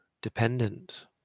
dependent